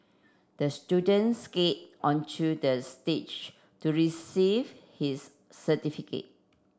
the student skated onto the stage to receive his certificate